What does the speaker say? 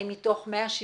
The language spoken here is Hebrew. האם מתוך 170